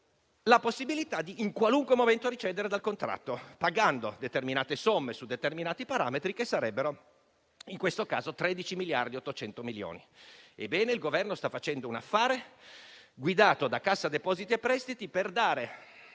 la possibilità di recedere in qualunque momento dal contratto, pagando determinate somme su determinati parametri che sarebbero in questo caso 13,8 miliardi. Ebbene, il Governo sta facendo un affare, guidato da Cassa depositi e prestiti, per dare